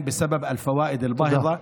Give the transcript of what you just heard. בגלל הריביות הגבוהות.